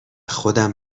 خودم